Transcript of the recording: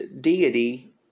deity